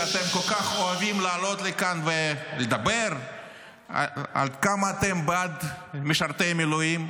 שאתם כל כך אוהבים לעלות לכאן ולדבר עד כמה אתם בעד משרתי מילואים,